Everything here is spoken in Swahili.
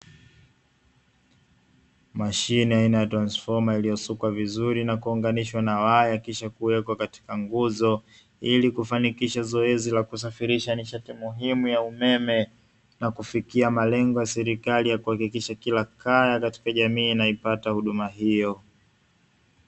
Mashine aina ya transfoma iliyosukwa vizuri na kuunganishwa na waya kisha kuwekwa katika nguzo ili kifanikisha zoezi la lisafirisha nishati muhimu ya umeme, na kufikia malengo ya serikali ya kuhakikisha kila kaya katika jamii inaipata huduma hiyo.